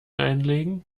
einlegen